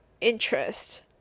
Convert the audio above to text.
interest